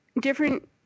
different